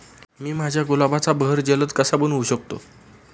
मी माझ्या गुलाबाचा बहर जलद कसा बनवू शकतो?